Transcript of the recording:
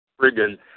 friggin